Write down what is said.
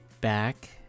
back